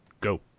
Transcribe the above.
go